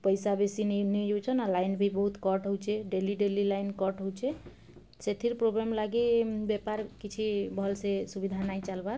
ପଇସା ବେଶୀ ନେଇ ଯାଉଛନ୍ ଲାଇନ୍ ବି ବହୁତ କଟ୍ ହେଉଛେ ଡେଲି ଡେଲି ଲାଇନ୍ କଟ୍ ହେଉଛେ ସେଥିର୍ ପ୍ରୋବ୍ଲେମ୍ ଲାଗି ବେପାର କିଛି ଭଲ ସେ ସୁବିଧା ନାହିଁ ଚାଲବାର୍